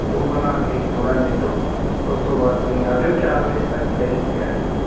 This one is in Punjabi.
ਉਹ ਬਣਾ ਕੇ ਥੋੜ੍ਹਾ ਲੈ ਲਓ ਉਸ ਤੋਂ ਬਾਅਦ ਤੁਸੀਂ ਆ ਜਾਓ ਚਾਰ ਵਜੇ ਤੱਕ ਕਲੀਨਿਕ 'ਤੇ ਆ ਜਾਓ